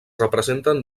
representen